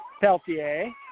Peltier